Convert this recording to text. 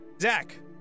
Zach